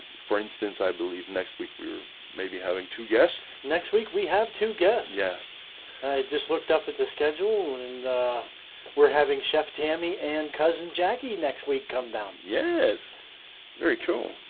for instance, i believe next week we were maybe having two guests next week. we have two guests. yes i just looked up at the schedule and we're having chef tammi and cousin jackie next week come down. yes very cool